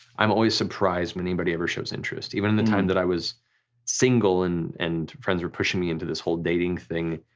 i'm always surprised when anybody ever shows interest, even in the time that i was single and and friends were pushing me into this whole dating thing,